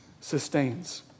sustains